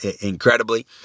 incredibly